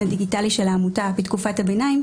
הדיגיטלי של העמותה בתקופת הביניים,